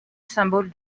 symbole